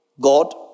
God